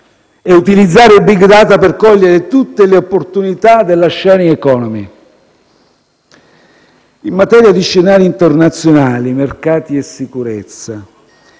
e utilizzare *big data* per cogliere tutte le opportunità della *sharing economy*. In materia di scenari internazionali, mercati e sicurezza,